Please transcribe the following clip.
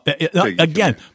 Again